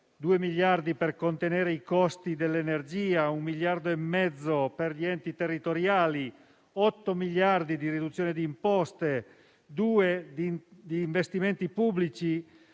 2 miliardi per contenere i costi dell'energia, 1,5 miliardi per gli enti territoriali, 8 miliardi di riduzione di imposte, 2 miliardi di investimenti pubblici,